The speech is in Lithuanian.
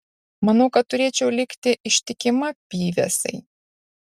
manau kad turėčiau likti ištikima pyvesai